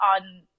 on